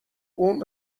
اون